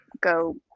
go